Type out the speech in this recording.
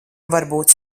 varbūt